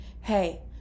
hey